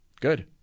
Good